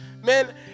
Man